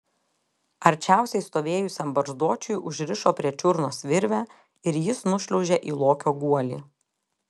arčiausiai stovėjusiam barzdočiui užrišo prie čiurnos virvę ir jis nušliaužė į lokio guolį